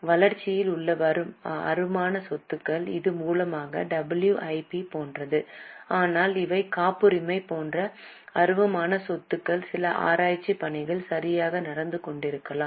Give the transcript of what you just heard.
வளர்ச்சியில் உள்ள அருவமான சொத்துக்கள் இது மூலதன WIP போன்றது ஆனால் இவை காப்புரிமை போன்ற அருவமான சொத்துகள் சில ஆராய்ச்சி பணிகள் சரியாக நடந்து கொண்டிருக்கலாம்